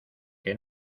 que